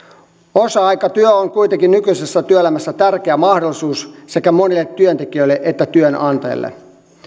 osa aikatyö on kuitenkin nykyisessä työelämässä tärkeä mahdollisuus sekä monille työntekijöille että työnantajille